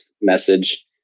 message